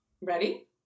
Ready